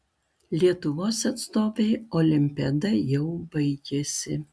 lietuvos atstovei olimpiada jau baigėsi